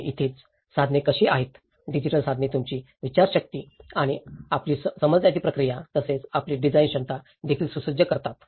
आणि इथेच साधने कशी आहेत डिजिटल साधने तुमची विचारशक्ती आणि आपली समजण्याची प्रक्रिया तसेच आपली डिझाइन क्षमता देखील सुसज्ज करतात